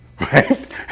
right